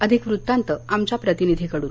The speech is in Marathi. अधिक वृत्तांत आमच्या प्रतिनिधीकडून